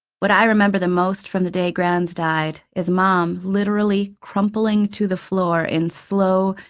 what i remember the most from the day grans died is mom literally crumpling to the floor in slow,